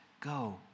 go